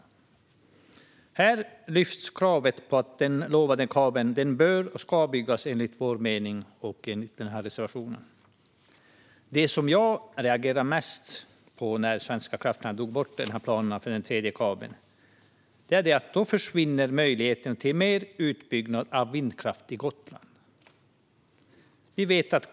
I reservationen lyfts kravet på att den utlovade kabeln ska byggas. Det som jag reagerade mest på när Svenska kraftnät drog bort planerna för den tredje kabeln är att möjligheten till mer utbyggnad av vindkraft på Gotland då försvinner.